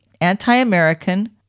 Anti-American